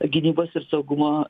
gynybos ir saugumo